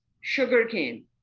sugarcane